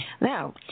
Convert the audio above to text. Now